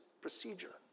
procedure